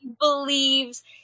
believes